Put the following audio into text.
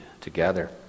together